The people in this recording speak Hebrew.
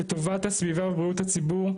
את טובת הסביבה ובריאות הציבור,